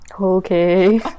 Okay